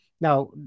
Now